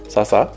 Sasa